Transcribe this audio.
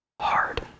hard